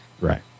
Right